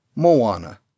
Moana